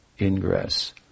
ingress